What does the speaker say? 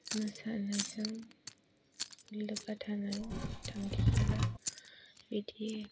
मोसानायजों लोब्बा थानाय थांखिफोरा बिदि